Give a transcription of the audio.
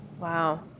Wow